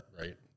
right